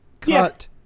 Cut